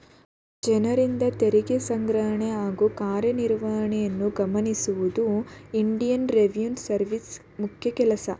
ಜನರಿಂದ ತೆರಿಗೆ ಸಂಗ್ರಹಣೆ ಹಾಗೂ ಕಾರ್ಯನಿರ್ವಹಣೆಯನ್ನು ಗಮನಿಸುವುದು ಇಂಡಿಯನ್ ರೆವಿನ್ಯೂ ಸರ್ವಿಸ್ ಮುಖ್ಯ ಕೆಲಸ